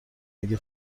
اگه